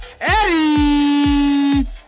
Eddie